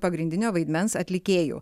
pagrindinio vaidmens atlikėju